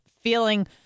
feeling